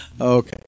okay